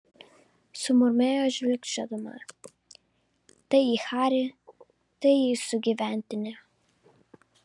sumurmėjo žvilgčiodama tai į harį tai į sugyventinį